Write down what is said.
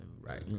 right